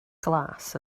glas